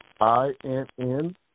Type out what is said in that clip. I-N-N